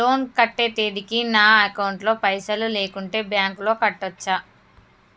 Loan కట్టే తేదీకి నా అకౌంట్ లో పైసలు లేకుంటే బ్యాంకులో కట్టచ్చా?